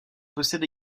possède